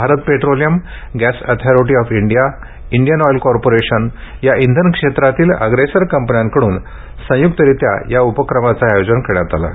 Bharat petroleum gas authority of India GAIL Indian oil corporation या इंधन क्षेत्रातील अग्रेसर कंपन्याकडून संयुक्तरीत्या या उपक्रमाचे आयोजन करण्यात आले आहे